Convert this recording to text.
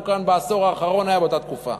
כאן בעשור האחרון היו באותה תקופה.